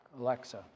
Alexa